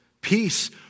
Peace